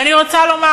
ואני רוצה לומר,